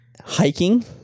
Hiking